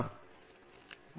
பேராசிரியர் வி